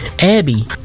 Abby